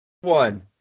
one